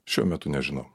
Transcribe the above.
šiuo metu nežinau